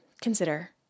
consider